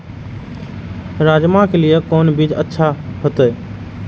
राजमा के लिए कोन बीज अच्छा होते?